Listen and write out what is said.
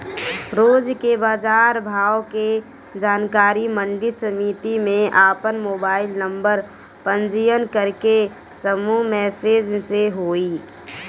रोज के बाजार भाव के जानकारी मंडी समिति में आपन मोबाइल नंबर पंजीयन करके समूह मैसेज से होई?